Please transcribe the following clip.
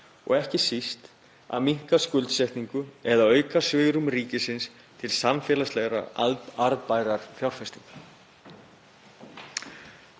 og ekki síst að minnka skuldsetningu eða auka svigrúm ríkisins til samfélagslegrar arðbærrar fjárfestingar.